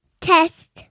test